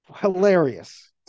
Hilarious